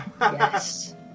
Yes